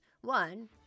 one